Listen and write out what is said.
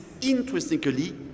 interestingly